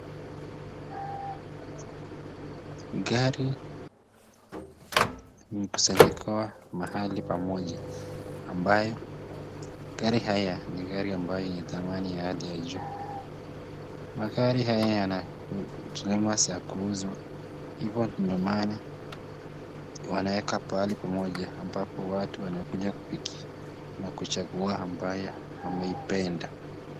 gari kukusanyika mahali pamoja ambayo gari haya ni gari ambayo ina thamani ya hali ya juu. Magari haya yana tunaimarisha kuuzwa. Hivyo ndio maana wanaweka pahali pamoja ambapo watu wanakuja kufikia na kuchagua ambayo ameipenda.